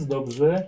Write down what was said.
Dobrze